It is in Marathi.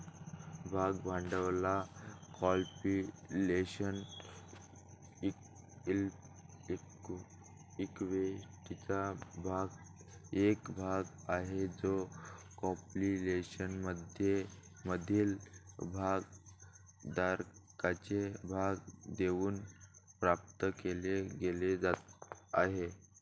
भाग भांडवल हा कॉर्पोरेशन इक्विटीचा एक भाग आहे जो कॉर्पोरेशनमधील भागधारकांना भाग देऊन प्राप्त केला गेला आहे